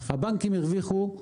הבנקים הרוויחו,